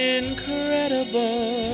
incredible